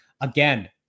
again